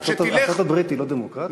ארצות-הברית היא לא דמוקרטיה?